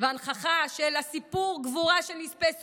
וההנכחה של סיפור הגבורה של נספי סודאן.